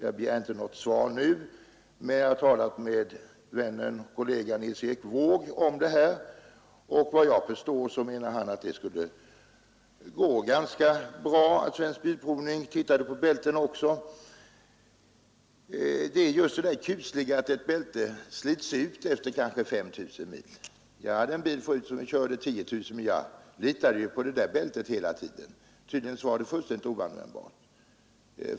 Jag begär inte något svar nu, men jag har talat med vår riksdagskollega Nils Erik Wååg om det här, och såvitt jag förstår menar han att det skulle gå bra att låta Svensk bilprovning undersöka också bilbältena vid besiktning. Det kusliga är onekligen att ett bälte slits ut efter kanske 5 000 mil. Jag hade förut en bil som jag körde 10 000 mil; jag litade ju på bältet hela tiden, men tydligen var det fullständigt oanvändbart.